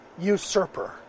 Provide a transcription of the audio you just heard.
usurper